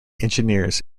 engineers